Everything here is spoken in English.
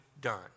done